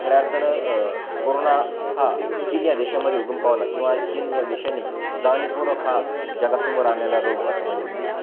खऱ्या अर्थानं कोरोना हा चीन या देशामध्ये उगम पावला किंवा चीन या देशाने जाणीवपूर्वक हा जगासमोर आणलेला रोग असं म्हणेल मी